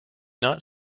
not